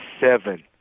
seven